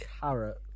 Carrot